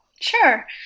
Sure